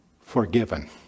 forgiven